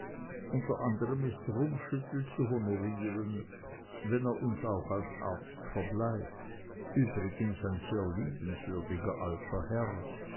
unter anderem ist rummschüttel zu honorieren wenn er uns auch als arzt verbleibt übrigens ein sehr liebenswürdiger alter herr